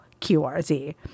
QRZ